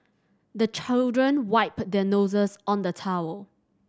the children wipe their noses on the towel